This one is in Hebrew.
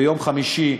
ביום חמישי,